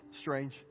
strange